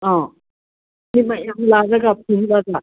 ꯑꯥ ꯃꯤ ꯃꯌꯥꯝ ꯂꯥꯛꯂꯒ ꯄꯨꯜꯂꯒ